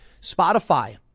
Spotify